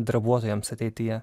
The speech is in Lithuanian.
darbuotojams ateityje